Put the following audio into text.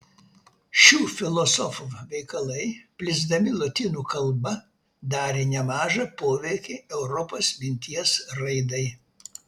šių filosofų veikalai plisdami lotynų kalba darė nemažą poveikį europos minties raidai